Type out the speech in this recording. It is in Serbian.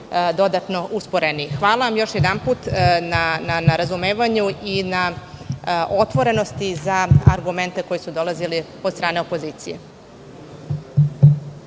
dodatno usporeni. Još jedanput, hvala vam na razumevanju i na otvorenosti za argumente koji su dolazili od strane opozicije.